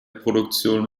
produktion